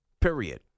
period